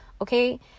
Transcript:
Okay